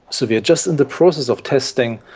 so we are just in the process of testing,